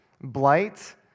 blight